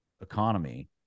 economy